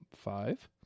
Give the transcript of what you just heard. Five